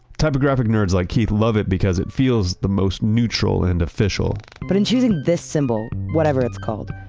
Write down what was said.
typographic nerds like keith love it because it feels the most neutral and official. but in choosing this symbol, whatever it's called,